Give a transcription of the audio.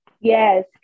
yes